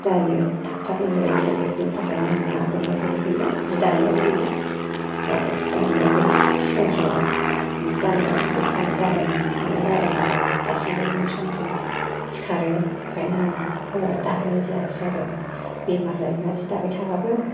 जायो थाब थाब लोमजाबाय थायो बिनि थाखायनो आं ना गुरनायाबो गैला जि दानायाबो गैला बिदि आरो जि दानायाबो एसे सिगां समाव जि दानायाव उदै सानाय जादों मानाय जादों आरो दासिमबो बिदिनो सम सम सिखारो बेखायनो आंना हौवाया दाहोनाय जायासै आरो बेमार जायोना जि दाबाय थाबाबो